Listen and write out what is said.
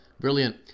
Brilliant